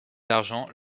argent